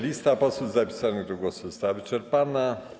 Lista posłów zapisanych do głosu została wyczerpana.